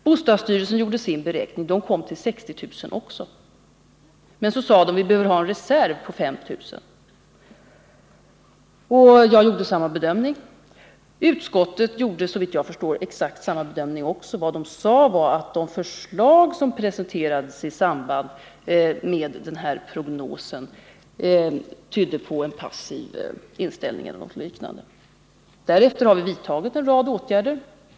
Bostadsstyrelsen gjorde sin beräkning och kom också fram till ett behov av 60 000 lägenheter. Men därutöver sade man i bostadsstyrelsen att vi behöver ha en reserv på 5000 lägenheter. Jag gjorde samma bedömning. Även utskottet gjorde, såvitt jag förstår, exakt samma bedömning. Vad utskottet sade var — jag minns inte formuleringen exakt — att de förslag som presenterades i samband med denna prognos tydde på en passiv inställning. Därefter har vi vidtagit en rad åtgärder.